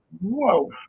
Whoa